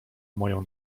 moją